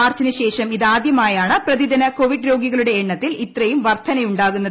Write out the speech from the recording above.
മാർച്ചിന് ശേഷം ഇതാദ്യമായാണ് പ്രതിദിന കോവിഡ് രോഗികളുടെ എണ്ണത്തിൽ ഇത്രയും വർദ്ധനയുണ്ടാകുന്നത്